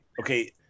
okay